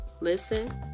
listen